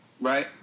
right